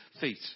feet